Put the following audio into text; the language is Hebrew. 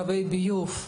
קווי ביוב.